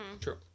True